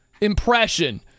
impression